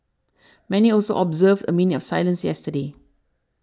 many also observed a minute of silence yesterday